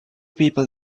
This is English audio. people